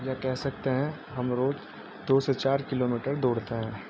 یا کہہ سکتے ہیں ہم روز دو سے چار کلو میٹر دوڑتے ہیں